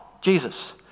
Jesus